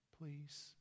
Please